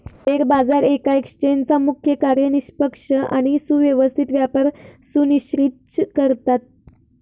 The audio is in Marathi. शेअर बाजार येका एक्सचेंजचा मुख्य कार्य निष्पक्ष आणि सुव्यवस्थित व्यापार सुनिश्चित करता